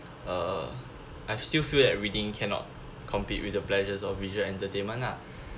uh I still feel that reading cannot compete with the pleasures of visual entertainment lah